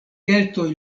keltoj